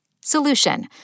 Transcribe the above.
Solution